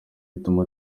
bituma